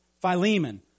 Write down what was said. Philemon